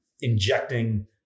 injecting